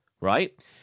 Right